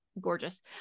gorgeous